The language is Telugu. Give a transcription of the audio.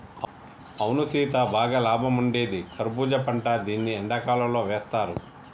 అవును సీత బాగా లాభం ఉండేది కర్బూజా పంట దీన్ని ఎండకాలంతో వేస్తారు